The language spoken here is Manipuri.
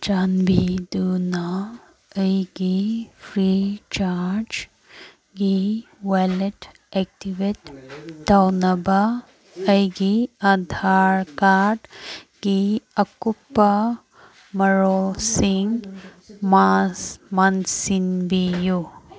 ꯆꯥꯟꯕꯤꯗꯨꯅ ꯑꯩꯒꯤ ꯐ꯭ꯔꯤ ꯆꯥꯔ꯭ꯖꯒꯤ ꯋꯥꯜꯂꯦꯠ ꯑꯦꯛꯇꯤꯕꯦꯠ ꯇꯧꯅꯕ ꯑꯩꯒꯤ ꯑꯙꯥꯔ ꯀꯥꯔꯗꯀꯤ ꯑꯀꯨꯞꯄ ꯃꯔꯣꯜꯁꯤꯡ ꯃꯦꯟꯁꯤꯟꯕꯤꯌꯨ